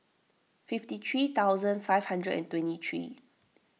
fifty three thousand five hundred and twenty three